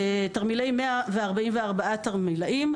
144 תרמילאים,